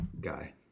guy